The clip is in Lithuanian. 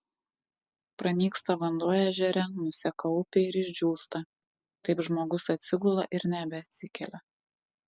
pranyksta vanduo ežere nuseka upė ir išdžiūsta taip žmogus atsigula ir nebeatsikelia